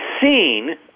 seen